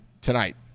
tonight